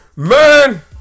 man